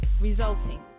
resulting